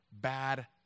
bad